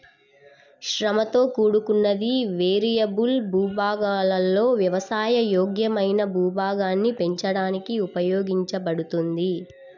శ్రమతో కూడుకున్నది, వేరియబుల్ భూభాగాలలో వ్యవసాయ యోగ్యమైన భూభాగాన్ని పెంచడానికి ఉపయోగించబడింది